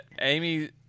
Amy